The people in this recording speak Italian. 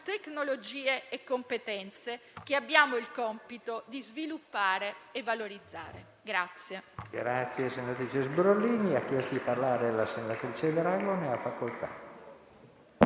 tecnologie e competenze che abbiamo il compito di sviluppare e valorizzare.